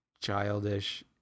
childish